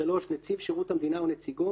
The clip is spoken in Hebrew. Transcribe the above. נציב שירות המדינה או נציגו,